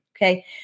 Okay